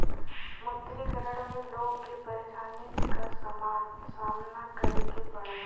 विमुद्रीकरण में लोग के परेशानी क सामना करे के पड़ल